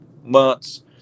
months